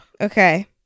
Okay